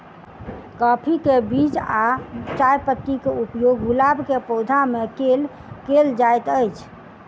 काफी केँ बीज आ चायपत्ती केँ उपयोग गुलाब केँ पौधा मे केल केल जाइत अछि?